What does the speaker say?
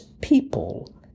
people